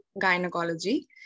gynecology